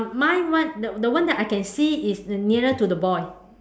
mine what the the one that I can see is nearer to the boy